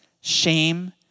shame